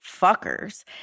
fuckers